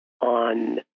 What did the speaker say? on